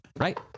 right